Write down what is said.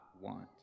want